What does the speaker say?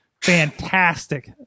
Fantastic